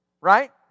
right